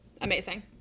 Amazing